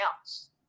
else